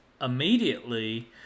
immediately